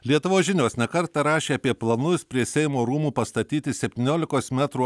lietuvos žinios ne kartą rašė apie planus prie seimo rūmų pastatyti septyniolikos metrų